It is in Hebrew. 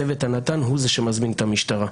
צוות הנט"ן הוא זה שמזמין את המשטרה.